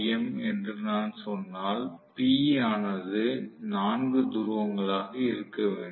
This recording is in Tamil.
எம் என்று நான் சொன்னால் p ஆனது 4 துருவங்களாக இருக்க வேண்டும்